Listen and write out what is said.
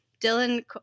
Dylan